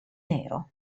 nero